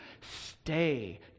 stay